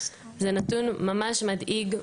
זה נתון ממש מדאיג,